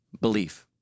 belief